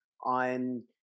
on